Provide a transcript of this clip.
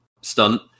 stunt